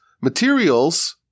materials